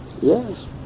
Yes